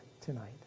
tonight